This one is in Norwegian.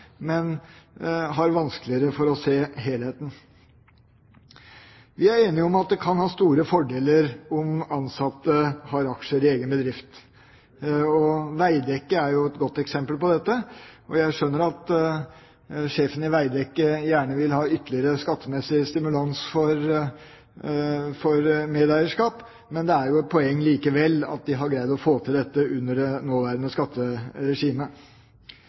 men har vanskeligere for å se helheten. Vi er enige om at det kan ha store fordeler om ansatte har aksjer i egen bedrift. Veidekke er et jo godt eksempel på dette, og jeg skjønner at sjefen i Veidekke gjerne vil ha ytterligere skattemessig stimulans for medeierskap – men det er et poeng likevel at de har greid å få til dette under det nåværende skatteregimet.